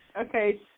Okay